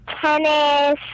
tennis